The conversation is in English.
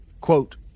Quote